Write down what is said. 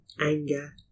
anger